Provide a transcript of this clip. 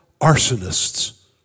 arsonists